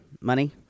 money